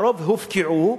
הרוב הופקעו,